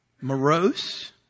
morose